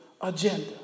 agenda